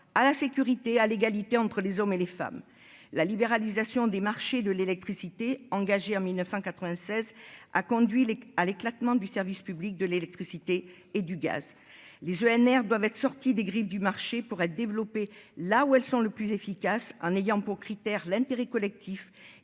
à l'insécurité à l'égalité entre les hommes et les femmes, la libéralisation des marchés de l'électricité, engagé en 1996 a conduit les à l'éclatement du service public de l'électricité et du gaz, les ENR doivent être sorti des griffes du marché pour être développés là où elles sont le plus efficace en ayant pour critère l'intérêt collectif